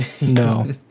no